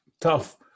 tough